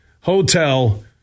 hotel